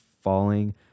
falling